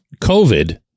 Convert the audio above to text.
covid